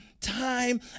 time